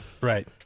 Right